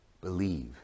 believe